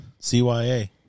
CYA